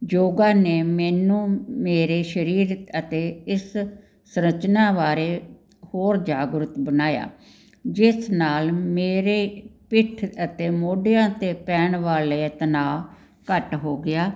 ਯੋਗਾ ਨੇ ਮੈਨੂੰ ਮੇਰੇ ਸਰੀਰ ਅਤੇ ਇਸ ਸਰਚਨਾ ਬਾਰੇ ਹੋਰ ਜਾਗਰੂਕ ਬਣਾਇਆ ਜਿਸ ਨਾਲ ਮੇਰੇ ਪਿੱਠ ਅਤੇ ਮੋਢਿਆਂ 'ਤੇ ਪੈਣ ਵਾਲੇ ਇਹ ਤਣਾਅ ਘੱਟ ਹੋ ਗਿਆ